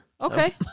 Okay